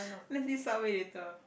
let's eat subway later